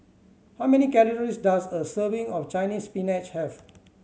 how many calories does a serving of Chinese Spinach have